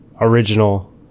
original